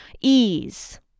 ease